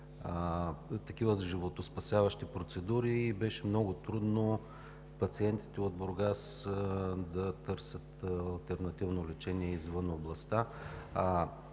такива животоспасяващи процедури и беше много трудно на пациентите от Бургас да търсят алтернативно лечение извън областта.